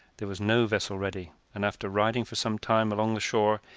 there was no vessel ready, and after riding for some time along the shore,